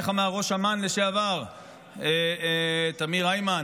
איך אמר ראש אמ"ן לשעבר תמיר הימן?